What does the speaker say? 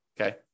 okay